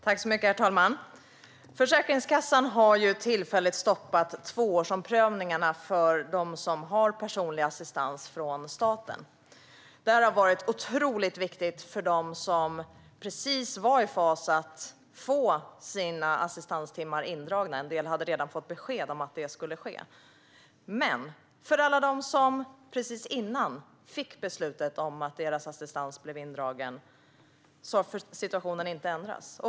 Herr talman! Försäkringskassan har tillfälligt stoppat tvåårsomprövningarna för dem som har personlig assistans från staten. Det här har varit otroligt viktigt för dem som precis var i fas att få sina assistanstimmar indragna. En del hade redan fått besked om att det skulle ske. Men för alla dem som precis innan fick beslutet om att deras assistans blivit indragen har situationen inte ändrats.